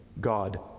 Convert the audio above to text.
God